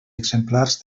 exemplars